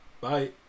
Bye